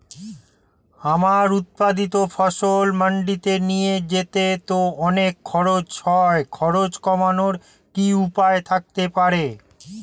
আমার উৎপাদিত ফসল মান্ডিতে নিয়ে যেতে তো অনেক খরচ হয় খরচ কমানোর কি উপায় থাকতে পারে?